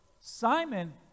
Simon